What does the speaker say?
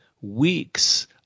weeks